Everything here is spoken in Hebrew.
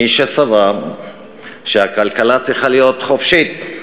מי שסבר שהכלכלה צריכה להיות "חופשית"